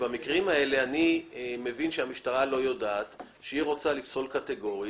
במקרים בהם המשטרה לא יודעת והיא רוצה לפסול קטגורית,